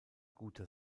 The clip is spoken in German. guter